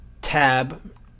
tab